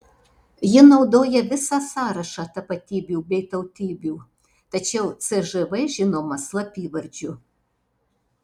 ji naudoja visą sąrašą tapatybių bei tautybių tačiau cžv žinoma slapyvardžiu